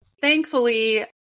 thankfully